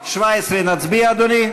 17 נצביע, אדוני?